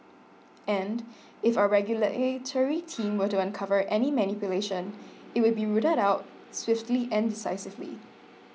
and if our regulatory team were to uncover any manipulation it would be rooted out swiftly and decisively